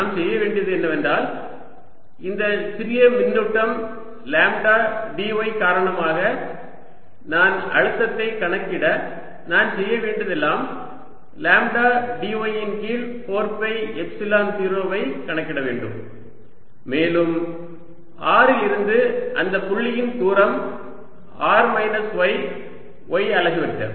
நான் செய்ய வேண்டியது என்னவென்றால் இந்த சிறிய மின்னூட்டம் லாம்ப்டா dy காரணமாக நான் அழுத்தத்தைக் கணக்கிட நான் செய்ய வேண்டியது எல்லாம் லாம்ப்டா dy இன் கீழ் 4 பை எப்சிலன் 0 வை கணக்கிட வேண்டும் மேலும் r லிருந்து அந்த புள்ளியின் தூரம் r மைனஸ் y y அலகு வெக்டர்